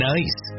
Nice